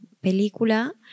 película